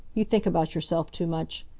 you think about yourself too much.